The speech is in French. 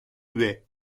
huet